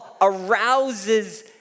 arouses